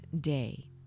day